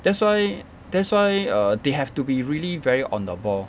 that's why that's why err they have to be really very on the ball